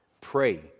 pray